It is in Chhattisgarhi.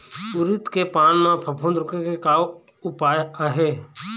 उरीद के पान म फफूंद रोके के का उपाय आहे?